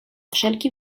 wszelki